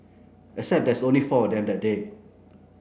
except there's only four of them that day